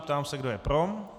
Ptám se, kdo je pro.